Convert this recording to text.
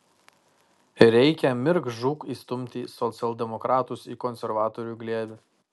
reikia mirk žūk įstumti socialdemokratus į konservatorių glėbį